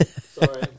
Sorry